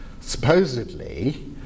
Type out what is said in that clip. supposedly